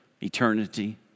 eternity